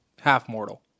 half-mortal